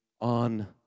on